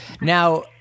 now